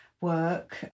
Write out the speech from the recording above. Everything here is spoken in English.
work